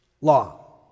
law